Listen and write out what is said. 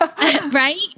right